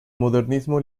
modernismo